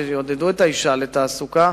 שיעודדו את האשה לצאת לתעסוקה.